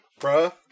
Bruh